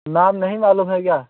नाम नहीं मालूम है क्या